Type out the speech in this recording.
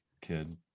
kid